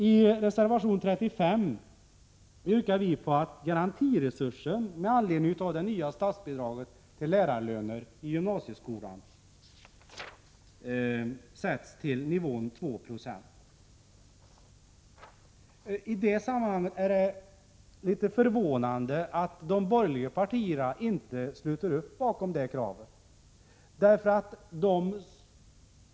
I reservation 35 yrkar vi att garantiresursen, med anledning av det nya statsbidraget till lärarlönerna i gymnasieskolan, sätts till nivån 2 26. Det är litet förvånande att de borgerliga partierna inte sluter upp bakom det kravet.